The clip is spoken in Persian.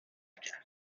کرد